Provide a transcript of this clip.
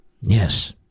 Yes